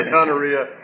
Honoria